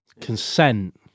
Consent